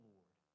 Lord